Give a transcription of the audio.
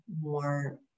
more